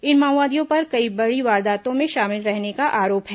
इन माओवादियों पर कई बड़ी वारदातों में शामिल रहने का आरोप है